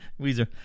Weezer